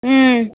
ம்